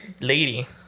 Lady